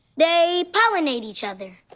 they pollinate each other.